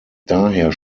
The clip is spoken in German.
daher